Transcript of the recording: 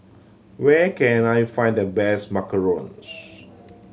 where can I find the best macarons